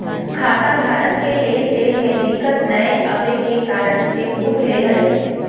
खाताधारक के लेन देन में दिक्कत नयय अबे के कारण चेकबुक ले हइ